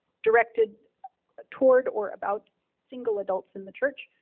directed toward or about single adults in the church.